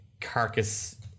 carcass